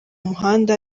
muhanda